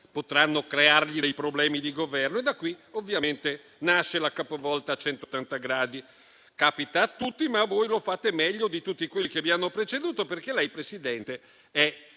potranno creargli dei problemi di Governo. Da qui ovviamente nasce la capovolta a 180 gradi. Capita a tutti, ma voi lo fate meglio di tutti quelli che vi hanno preceduto, perché lei, Presidente, è